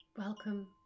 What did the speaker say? Welcome